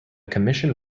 commission